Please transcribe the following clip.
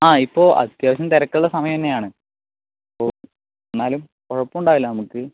ആ ഇപ്പോൾ അത്യാവശ്യം തിരക്കുള്ള സമയം തന്നെയാണ് ഇപ്പോൾ എന്നാലും കുഴപ്പം ഉണ്ടാകില്ല നമുക്ക്